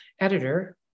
editor